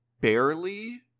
barely